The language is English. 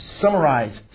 summarize